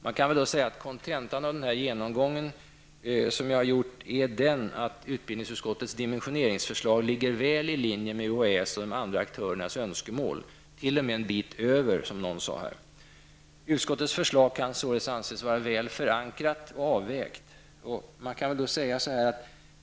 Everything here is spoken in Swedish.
Man kan säga att kontentan av den genomgång jag har gjort är den att utbildningsutskottets dimensioneringsförslag ligger väl i linje med UHÄs och de andra aktörernas önskemål, de ligger -- som någon sade -- t.o.m. en bit över. Utskottets förslag kan således anses vara väl förankrat och avvägt.